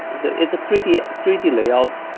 it's a three d ah three d layout,